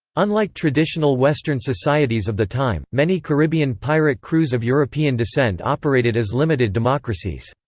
unlike traditional western societies of the time, many caribbean pirate crews of european descent operated as limited democracies.